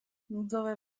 núdzové